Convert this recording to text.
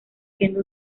siendo